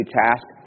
task